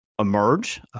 Emerge